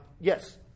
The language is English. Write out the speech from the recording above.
yes